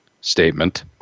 statement